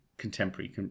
Contemporary